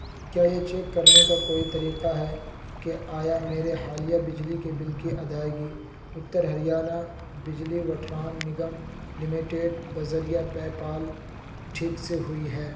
کیا یہ چیک کرنے کا کوئی طریقہ ہے کہ آیا میرے حالیہ بجلی کے بل کی ادائیگی اتر ہریانہ بجلی وٹران نگم لمیٹڈ بذریعہ پے پال ٹھیک سے ہوئی ہے